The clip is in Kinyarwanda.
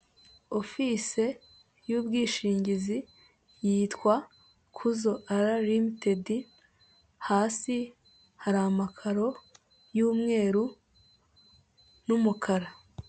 Ofise yu'bwishingizi yitwa kuzo ara rimitedi hasi hari amakaro yumweru n'umukara.